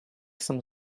some